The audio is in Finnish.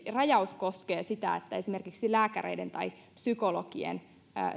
rajaus koskee sitä että esimerkiksi lääkäreiden tai psykologien